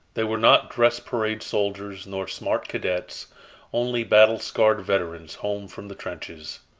they were not dress parade soldiers nor smart cadets only battle-scarred veterans home from the trenches,